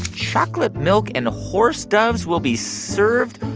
chocolate milk and horse doves will be served.